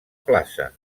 plaça